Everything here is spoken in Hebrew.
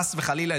חס וחלילה,